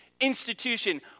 institution